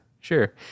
sure